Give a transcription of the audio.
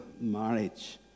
marriage